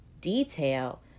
detail